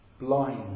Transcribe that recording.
blind